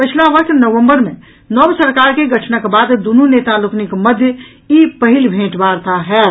पछिला वर्ष नवम्बर मे नव सरकार के गठनक बाद दूनु नेता लोकनिक मध्य ई पहिल भेंट वार्ता होयत